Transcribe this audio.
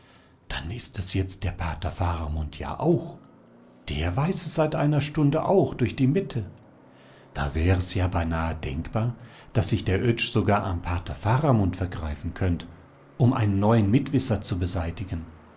dann ist es jetzt der pater faramund ja auch der weiß es seit einer stunde auch durch die mette da wär es ja beinahe denkbar daß sich der oetsch sogar am pater faramund vergreifen könnt um einen neuen mitwisser zu beseitigen